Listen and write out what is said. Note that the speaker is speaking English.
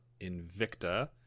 Invicta